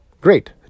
Great